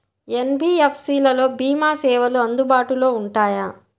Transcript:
NBFC లలో భీమా సేవలు అందుబాటులో ఉంటాయా?